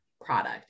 product